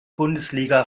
bundesliga